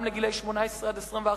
גם לגילאי 18 21,